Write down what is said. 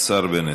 השר בנט.